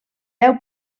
deu